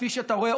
כפי שאתה רואה,